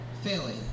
failing